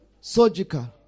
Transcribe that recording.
surgical